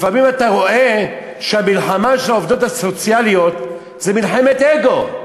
לפעמים אתה רואה שהמלחמה של העובדות הסוציאליות היא מלחמת אגו: